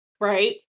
Right